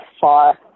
far